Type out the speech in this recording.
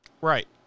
Right